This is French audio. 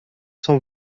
cent